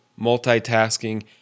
multitasking